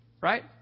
right